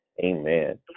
Amen